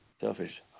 Selfish